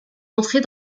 entrée